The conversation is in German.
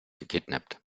gekidnappt